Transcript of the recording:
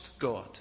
God